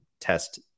Test